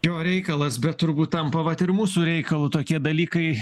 jo reikalas bet turbūt tampa vat ir mūsų reikalu tokie dalykai